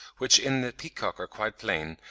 which in the peacock are quite plain,